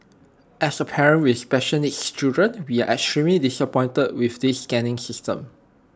as A parent with special needs children we are extremely disappointed with this scanning system